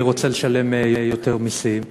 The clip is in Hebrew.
מי רוצה לשלם יותר מסים?